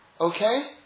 Okay